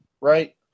right